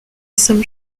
some